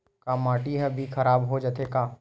का माटी ह भी खराब हो जाथे का?